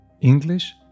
English